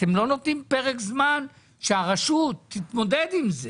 אתם לא נותנים פרק זמן שהרשות תתמודד עם זה.